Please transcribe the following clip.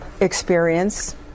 experience